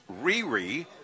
Riri